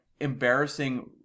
embarrassing